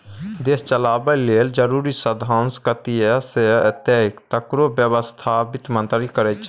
देश चलाबय लेल जरुरी साधंश कतय सँ एतय तकरो बेबस्था बित्त मंत्रालय करै छै